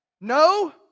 no